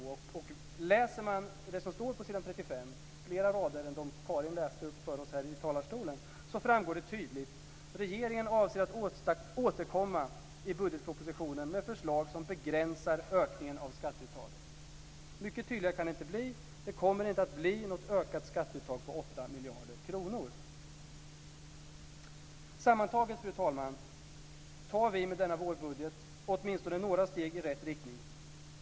Och om man läser det som står på s. 35, flera rader än Karin Pilsäter läste upp för oss här i talarstolen, framgår det tydligt att regeringen avser att återkomma i budgetpropositionen med förslag som begränsar ökningen av skatteuttaget. Mycket tydligare kan det inte bli. Det kommer inte att bli något ökat skatteuttag på 8 miljarder kronor. Sammantaget, fru talman, tar vi med denna vårbudget åtminstone några steg i rätt riktning.